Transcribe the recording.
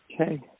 Okay